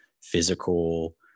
physical